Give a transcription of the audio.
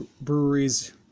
breweries